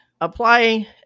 apply